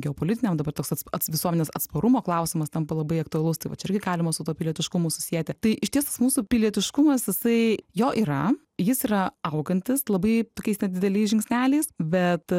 geopolitiniam dabar toks atsp visuomenės atsparumo klausimas tampa labai aktualus tai va čia irgi galima su tuo pilietiškumu susieti tai išties tas mūsų pilietiškumas jisai jo yra jis yra augantis labai keista dideliais žingsneliais bet